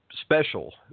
special